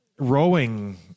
Rowing